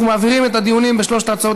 ואנחנו מעבירים את הדיונים בשלוש ההצעות